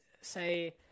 say